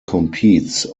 competes